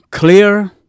Clear